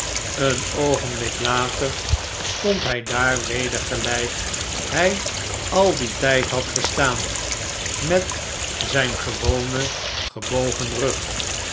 een oogenblik later stond hij daar weder gelijk hij al dien tijd had gestaan met zijn gewonen gebogen rug